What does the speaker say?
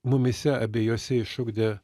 mumyse abiejuose išugdė